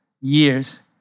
years